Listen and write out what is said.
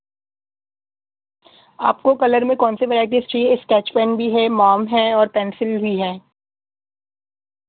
آپ کو کلر میں کون سی ورائٹیز چاہیے اسکیچ پین بھی ہے موم ہے اور پینسل بھی ہے